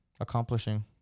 accomplishing